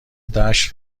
دشت